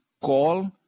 call